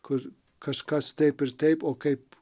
kur kažkas taip ir taip o kaip